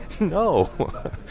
no